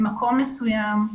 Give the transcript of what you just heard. ממקום מסוים.